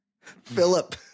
Philip